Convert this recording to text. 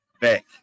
back